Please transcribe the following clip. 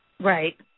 Right